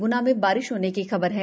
ग्ना में बारिश होने की खबर है